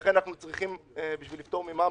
ולכן אנחנו צריכים בשביל לפטור ממע"מ,